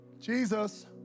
jesus